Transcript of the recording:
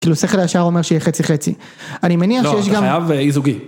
כאילו השכל הישר אומר שיהיה חצי-חצי, אני מניח שיש גם... לא, זה חייב אי-זוגי.